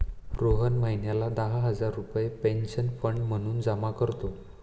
रोहन महिन्याला दहा हजार रुपये पेन्शन फंड म्हणून जमा करतो